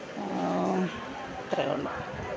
അത്രയേ ഉള്ളൂ